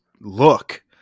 look